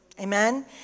Amen